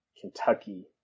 Kentucky